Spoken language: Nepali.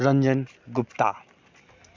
रञ्जन गुप्ता